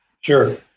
Sure